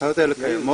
ההנחיות האלה קיימות.